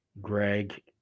greg